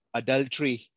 adultery